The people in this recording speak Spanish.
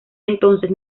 entonces